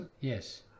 Yes